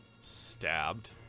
stabbed